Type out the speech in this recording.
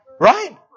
Right